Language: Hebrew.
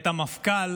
את המפכ"ל